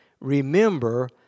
remember